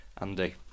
Andy